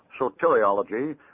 Soteriology